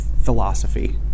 philosophy